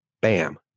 bam